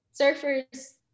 surfers